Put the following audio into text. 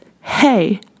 Hey